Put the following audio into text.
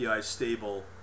stable